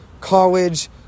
college